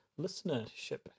listenership